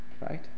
Right